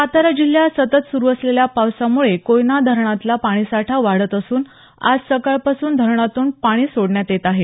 सातारा जिल्ह्यात सतत सुरु असलेल्या पावसामुळे कोयना धरणातला पाणीसाठा वाढत असून आज सकाळ पासून धरणातून पाणी सोडण्यात येत आहे